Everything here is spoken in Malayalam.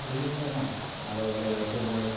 റിലീസ് ആയി നടക്കാം അതേപോലെ ഏറ്റവും കൂടുതൽ